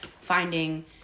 finding